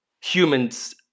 humans